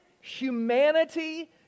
humanity